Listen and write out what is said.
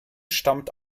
stammt